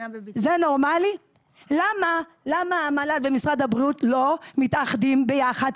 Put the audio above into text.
למה --- ומשרד הבריאות לא מתאחדים ביחד?